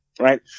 Right